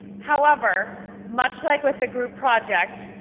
however, much like with a group project,